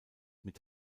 mit